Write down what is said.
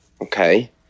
Okay